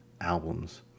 albums